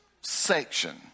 section